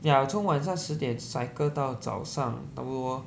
ya 从晚上十点 cycle 到早上差不多